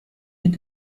mit